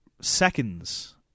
seconds